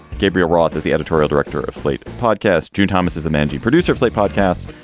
gabriel roth is the editorial director of slate podcast. jan thomas is the managing producer of slate podcast.